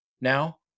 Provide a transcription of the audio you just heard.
Now